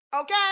Okay